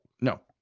No